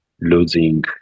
losing